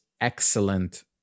excellent